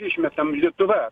išmetam lietuva